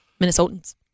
Minnesotans